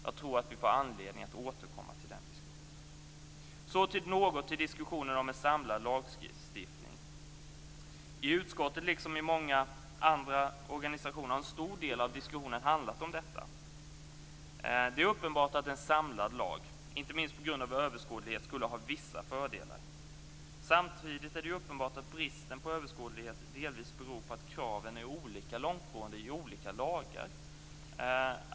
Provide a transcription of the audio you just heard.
Jag tror att vi får anledning att återkomma till den diskussionen. Så till diskussionen om en samlad lagstiftning. I utskottet, liksom i många andra organisationer, har en stor del av diskussionen handlat om detta. Det är uppenbart att en samlad lag, inte minst på grund av överskådlighet, skulle ha vissa fördelar. Samtidigt är det uppenbart att bristen på överskådlighet delvis beror på att kraven är olika långtgående i olika lagar.